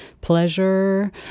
pleasure